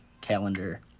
calendar